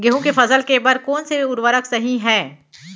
गेहूँ के फसल के बर कोन से उर्वरक सही है?